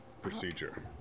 procedure